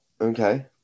Okay